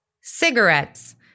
cigarettes